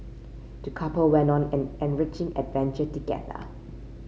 the couple went on an enriching adventure together